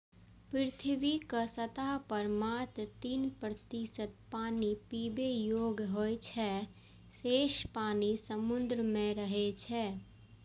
पृथ्वीक सतह पर मात्र तीन प्रतिशत पानि पीबै योग्य होइ छै, शेष पानि समुद्र मे रहै छै